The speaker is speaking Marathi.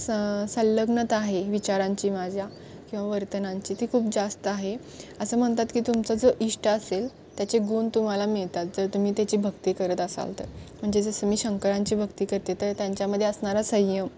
स संलग्नता आहे विचारांची माझ्या किंवा वर्तनांची ती खूप जास्त आहे असं म्हणतात की तुमचं जो इष्ट असेल त्याचे गुण तुम्हाला मिळतात जर तुम्ही त्याची भक्ती करत असाल तर म्हणजे जसं मी शंकरांची भक्ती करते तर त्यांच्यामध्ये असणारा संयम